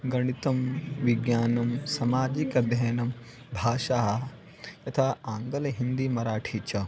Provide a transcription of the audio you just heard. गणितं विज्ञानं समाजिकम् अध्ययनं भाषा यथा आङ्ग्ल हिन्दी मराठी च